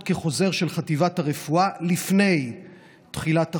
כחוזר של חטיבת הרפואה לפני תחילת החורף.